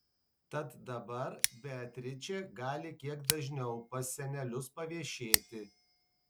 tad dabar beatričė gali kiek dažniau pas senelius paviešėti